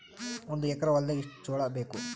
ಒಂದು ಎಕರ ಹೊಲದಾಗ ಎಷ್ಟು ಜೋಳಾಬೇಕು?